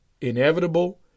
inevitable